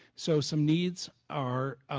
so some needs are,